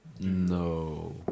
No